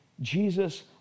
Jesus